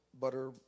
butter